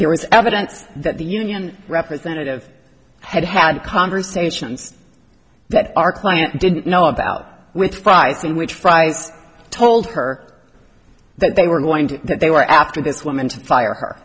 there was evidence that the union representative had had conversations that our client didn't know about with pricing which fry's told her that they were going to that they were after this woman to fire